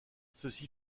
ceci